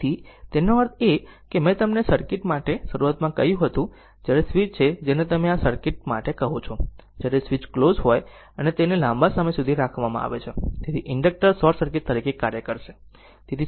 તેથી તેનો અર્થ એ છે કે મેં તમને આ સર્કિટ માટે શરૂઆતમાં કહ્યું હતું જ્યારે સ્વીચ તે છે જેને તમે આ સર્કિટ માટે કહો છો જ્યારે સ્વીચ ક્લોઝ હોય અને તેને લાંબા સમય સુધી રાખવામાં આવે છે તેથી ઇન્ડક્ટર શોર્ટ સર્કિટ તરીકે કાર્ય કરે છે